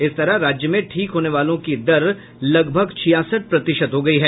इस तरह राज्य में ठीक होने वालों की दर लगभग छियासठ प्रतिशत हो गयी है